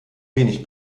wenig